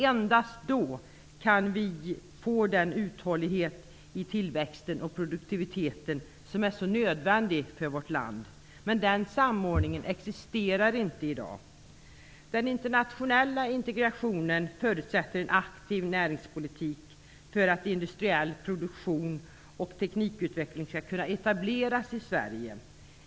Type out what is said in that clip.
Endast då kan vi få den uthållighet i tillväxten och produktiviteten som är så nödvändig för vårt land. Men den samordningen existerar inte i dag. Den internationella integrationen förutsätter en aktiv näringspolitik för att industriell produktion och teknikutveckling skall kunna etableras i Sverige.